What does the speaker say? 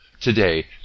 Today